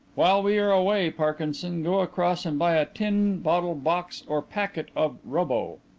while we are away, parkinson, go across and buy a tin, bottle, box or packet of rubbo.